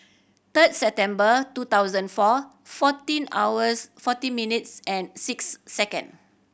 third September two thousand and four fourteen hours forty minutes and six second